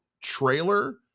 trailer